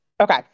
Okay